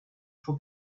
for